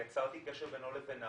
יצרתי קשר בינו לבינה